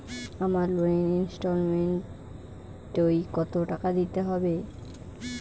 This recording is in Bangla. আমার লোনের ইনস্টলমেন্টৈ কত টাকা দিতে হবে?